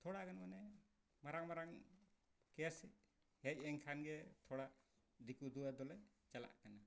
ᱛᱷᱚᱲᱟᱜᱟᱱ ᱢᱟᱱᱮ ᱢᱟᱨᱟᱝ ᱢᱟᱨᱟᱝ ᱠᱮᱥ ᱦᱮᱡ ᱮᱱᱠᱷᱟᱱ ᱜᱮ ᱛᱷᱚᱲᱟ ᱫᱤᱠᱩ ᱫᱩᱣᱟᱹᱨ ᱫᱚᱞᱮ ᱪᱟᱞᱟᱜ ᱠᱟᱱᱟ